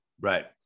Right